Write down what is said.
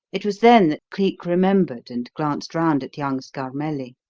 it was then that cleek remembered and glanced round at young scarmelli.